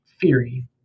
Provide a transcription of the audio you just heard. theory